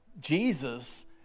Jesus